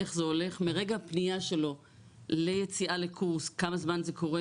איך זה הולך מרגע הפניה שלו ליציאה לקורס כמה זמן זה קורה,